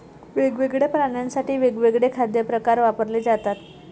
वेगवेगळ्या प्राण्यांसाठी वेगवेगळे खाद्य प्रकार वापरले जातात